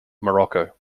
morocco